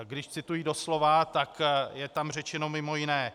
Když cituji doslova, tak je tam je řečeno mimo jiné: